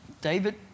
David